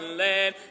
land